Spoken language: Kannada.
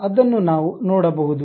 ಅದನ್ನು ನಾನು ನೋಡಬಹುದು